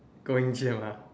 going gym ah